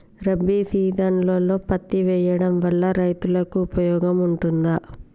రబీ సీజన్లో పత్తి వేయడం వల్ల రైతులకు ఉపయోగం ఉంటదా?